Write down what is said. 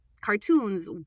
cartoons